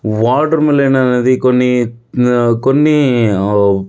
watermelon అనేది కొన్ని కొన్ని